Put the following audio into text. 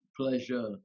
pleasure